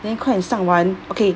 then 快点上完 okay